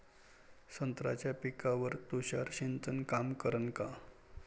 संत्र्याच्या पिकावर तुषार सिंचन काम करन का?